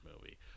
movie